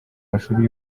mashuri